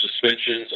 suspensions